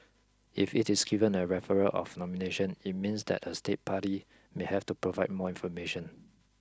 if it is given a referral of nomination it means that a state party may have to provide more information